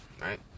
right